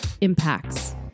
impacts